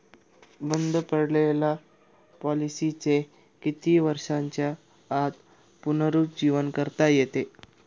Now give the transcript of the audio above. बंद पडलेल्या पॉलिसीचे किती वर्षांच्या आत पुनरुज्जीवन करता येते?